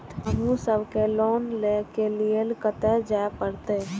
हमू सब के लोन ले के लीऐ कते जा परतें?